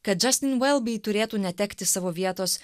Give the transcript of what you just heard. kad džestin velbi turėtų netekti savo vietos